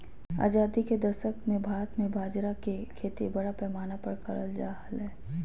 आजादी के दशक मे भारत मे बाजरा के खेती बड़ा पैमाना पर करल जा हलय